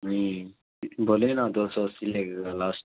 نہیں بولے نا دو سو اسی لگے گا لاسٹ